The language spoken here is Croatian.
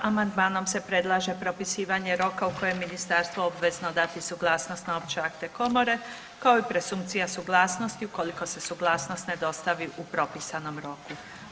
Amandmanom se predlaže propisivanje roka u kojem je ministarstvo obvezno dati suglasnost na opće akte komore kao i presumpcija suglasnosti ukoliko se suglasnost ne dostavi u propisanom roku.